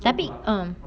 tapi um